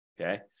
okay